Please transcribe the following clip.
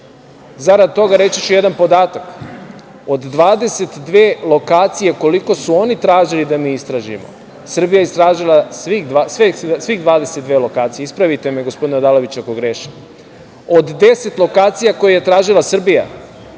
zarad toga, reći ću jedan podatak. Od 22 lokacije koliko su oni tražili da mi istražimo, Srbija je istražile svih 22 lokacija. Ispravite me gospodine Odaloviću ako grešim. Od deset lokacija koje je tražila Srbija,